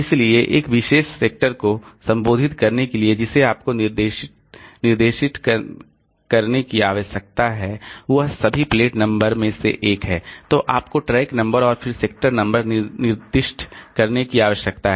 इसलिए एक विशेष सेक्टर को संबोधित करने के लिए जिसे आपको निर्दिष्ट करने की आवश्यकता है वह सभी प्लेट नंबर में से एक है तो आपको ट्रैक नंबर और फिर सेक्टर नंबर निर्दिष्ट करने की आवश्यकता है